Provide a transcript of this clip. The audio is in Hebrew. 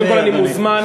קודם כול, אני מוזמן.